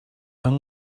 yng